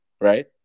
Right